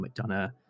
McDonough